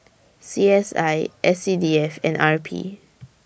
C S I S C D F and R P